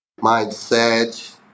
mindset